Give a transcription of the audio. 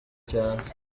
cyane